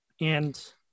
and-